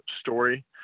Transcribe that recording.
story